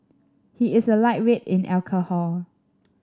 he is a lightweight in alcohol